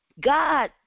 God